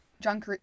John